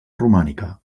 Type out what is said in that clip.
romànica